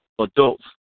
adults